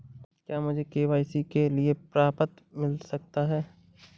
क्या मुझे के.वाई.सी के लिए प्रपत्र मिल सकता है?